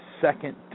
second